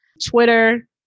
Twitter